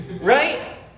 Right